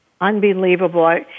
unbelievable